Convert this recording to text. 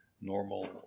normal